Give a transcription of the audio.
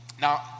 Now